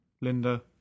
Linda